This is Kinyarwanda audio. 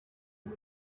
ibi